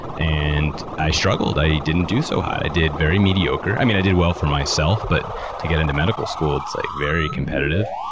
and i struggled. i didn't do so hot. i did very mediocre. i mean, i did well for myself, but to get into medical school it's, like, very competitive.